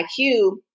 IQ